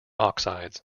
oxides